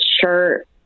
shirt